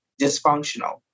dysfunctional